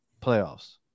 playoffs